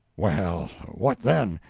well, what then?